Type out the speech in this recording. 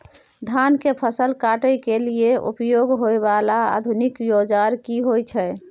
धान के फसल काटय के लिए उपयोग होय वाला आधुनिक औजार की होय छै?